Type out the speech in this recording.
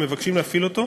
והם מבקשים להפעיל אותו,